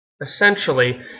Essentially